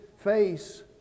face